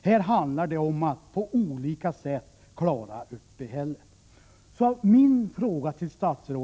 Här handlar det om att på olika sätt klara uppehället.